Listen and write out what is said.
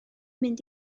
mynd